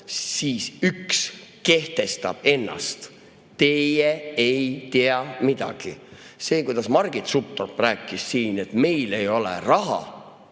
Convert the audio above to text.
siis üks kehtestab ennast: teie ei tea midagi! See, kuidas Margit Sutrop rääkis siin, et meil ei ole raha.